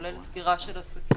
כולל סגירה של עסקים,